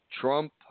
Trump